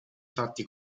fatti